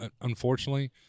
unfortunately